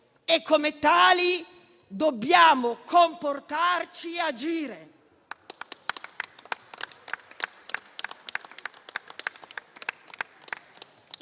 e, come tali, dobbiamo comportarci e agire.